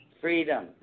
freedom